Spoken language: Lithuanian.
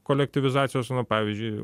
kolektyvizacijos nu pavyzdžiui